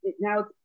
now